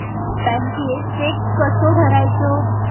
बँकेत चेक कसो भरायचो?